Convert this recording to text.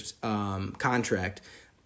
contract